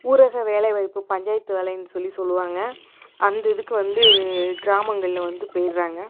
ஊரக வேலைவாய்ப்பு பஞ்சாயத்து வேலையின் சொல்லி சொல்லுவாங்க அந்த இதுக்கு வந்து கிராமங்கள்ல வந்து போயிடுறாங்க